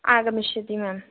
आगमिष्यति म्याम्